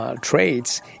Traits